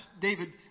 David